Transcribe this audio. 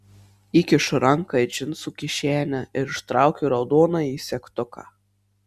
įkišu ranką į džinsų kišenę ir ištraukiu raudonąjį segtuką